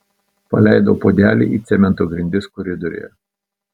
paleidau puodelį į cemento grindis koridoriuje